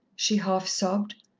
she half sobbed.